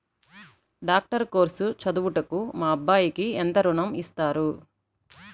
Doctor course చదువుటకు మా అబ్బాయికి ఎంత ఋణం ఇస్తారు?